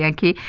yeah key